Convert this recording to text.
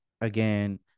Again